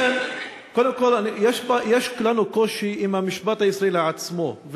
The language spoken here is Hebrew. יש לנו קושי עם המשפט הישראלי כשלעצמו,